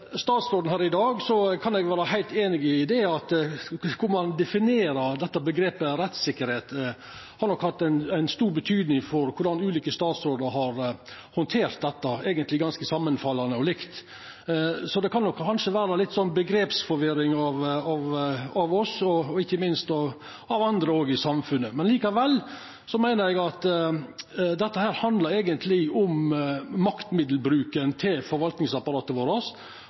statsråden her i dag kan eg vera heilt einig i at korleis ein definerer omgrepet «rettssikkerheit», har nok hatt ei stor betydning for korleis ulike statsrådar har handtert dette, eigentleg ganske samanfallande og likt. Så det kan kanskje vera litt omgrepsforvirring for oss, og ikkje minst for andre òg i samfunnet. Likevel meiner eg at dette eigentleg handlar om maktmiddelbruken til forvaltningsapparatet